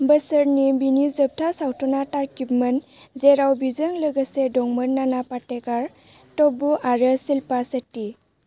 बोसोरनि बिनि जोबथा सावथुना तार्कीबमोन जेराव बिजों लोगोसे दंमोन नाना पाटेखार तब्बू आरो शिल्पा शेट्टी